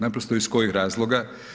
Naprosto iz kojih razloga?